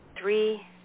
Three